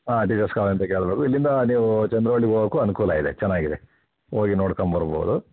ಹಾಂ teachers colony ಅಂತ ಕೇಳ್ಬೋದು ಇಲ್ಲಿಂದ ನೀವು ಚಂದ್ರವಳ್ಳಿಗೆ ಹೋಗೋಕು ಅನುಕೂಲ ಇದೆ ಚೆನ್ನಾಗಿದೆ ಹೋಗಿ ನೋಡ್ಕೊಂಬರ್ಬೋದು